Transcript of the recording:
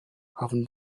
having